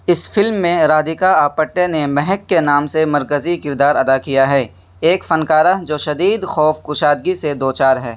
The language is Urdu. اس فلم میں رادھیکا آپٹے نے مہک کے نام سے مرکزی کردار ادا کیا ہے ایک فنکارہ جو شدید خوف کشادگی سے دوچار ہے